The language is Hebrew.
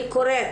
אני קוראת